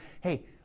Hey